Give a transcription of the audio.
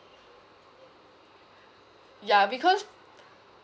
ya because